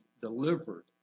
delivered